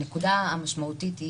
הנקודה המשמעותית היא